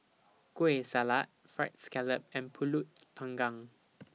Kueh Salat Fried Scallop and Pulut Panggang